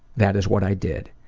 that is what i did.